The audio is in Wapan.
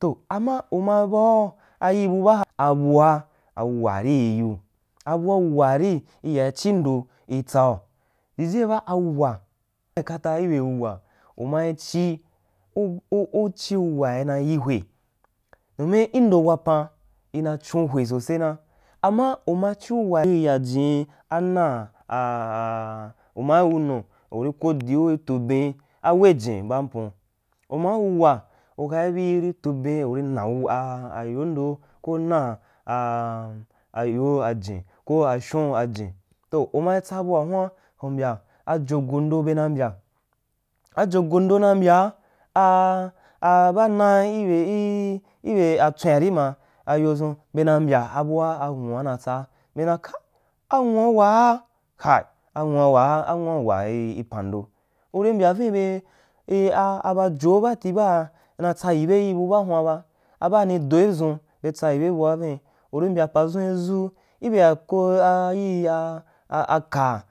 toh ama u ma bau ajii bu ba ha abua a wuwari iyuu abua wuwari iyai chi ndo i tsau jiyeba a wuwa mal kata i be wuwa umai chi u u u chi wuwanai yi hwe dumi i ndo wapan ma chon hwe sose na, ama uma chiu wuwe i ya jin ana a uma wunu uri ko diu ri tubinj w wejen ba ampon u ma wuwa ukai bi ri tubin ri na wau e yondo ko una a a ayo ajen ko na ashun ejen, toh umai tsa bua huan umbye ajo gondi be na mbya ayo an na mbyaa ko abaa na jijiu sosena tsalani ma a yoda i fin tswen abua anwua na tsaa bedan kai ahwua waa haī anwaa waa anw hawa i pew ndo uri mbya viin bee eh ah abajou baati baa be na tsayibe yi bu baa muan ba ni dol dʒun, be tsayibe uba vin uri mbya paa dʒun ibea ko yii a a ka.